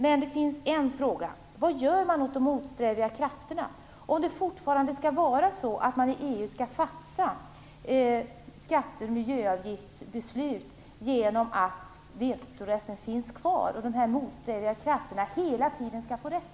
Men det finns en fråga här: Vad gör man åt de motsträviga krafterna om det i EU fortsatt skall fattas skatte och miljöavgiftsbeslut med bibehållen vetorätt samt åt att de motsträviga krafterna hela tiden får rätt?